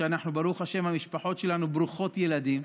ברוך השם, המשפחות שלנו ברוכות ילדים.